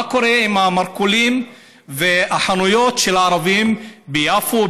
מה קורה עם המרכולים והחנויות של הערבים ביפו,